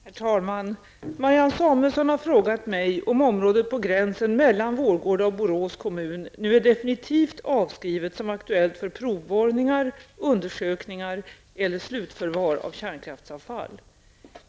Herr talman! Marianne Samuelsson har frågat mig om området på gränsen mellan Vårgårda och Borås kommun nu är definitivt avskrivet som aktuellt för provborrningar, undersökningar eller slutförvar av kärnkraftsavfall.